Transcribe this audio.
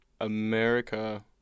America